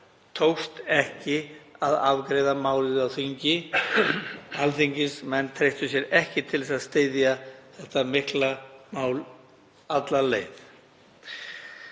tókst ekki að afgreiða málið á þingi. Alþingismenn treystu sér ekki til að styðja það mikla mál alla leið.